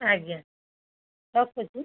ଆଜ୍ଞା ରଖୁଛି